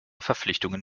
verpflichtungen